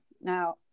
now